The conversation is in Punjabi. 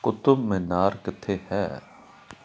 ਕੁਤੁਬ ਮੀਨਾਰ ਕਿੱਥੇ ਹੈ